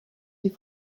die